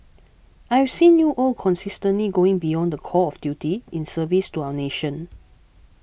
I have seen you all consistently going beyond the call of duty in service to our nation